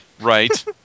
Right